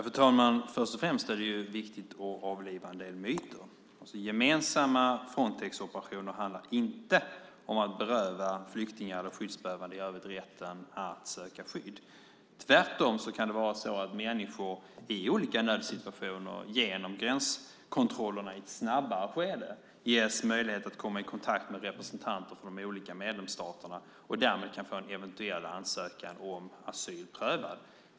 Fru talman! Först och främst är det viktigt att avliva en del myter. Gemensamma Frontexoperationer handlar inte om att beröva flyktingar och skyddsbehövande i övrigt rätten att söka skydd. Tvärtom kan människor i olika nödsituationer genom gränskontrollerna ges möjlighet att i ett tidigare skede komma i kontakt med representanter för de olika medlemsstaterna och därmed få en eventuell ansökan om asyl prövad.